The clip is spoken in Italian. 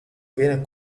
viene